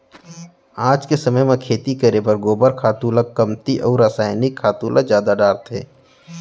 आज के समे म खेती करे बर गोबर खातू ल कमती अउ रसायनिक खातू ल जादा डारत हें